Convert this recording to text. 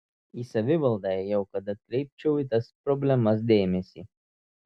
į savivaldą ėjau kad atkreipčiau į tas problemas dėmesį